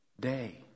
day